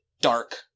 dark